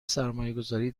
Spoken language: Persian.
سرمایهگذاری